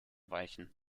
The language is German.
weichen